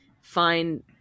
find –